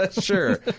Sure